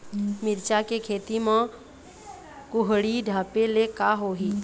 मिरचा के खेती म कुहड़ी ढापे ले का होही?